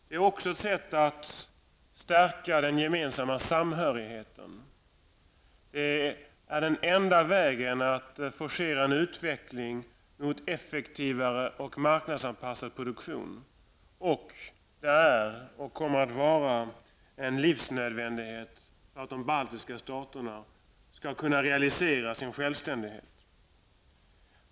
Men att bedriva handel är även ett sätt att stärka samhörigheten. Det är den enda vägen när det gäller att forchera en utveckling i riktning mot en effektivare och en marknadsanpassad produktion. Det är, och kommer att vara, livsnödvändigt för att de baltiska staterna skall kunna realisera sina strävanden efter självständighet.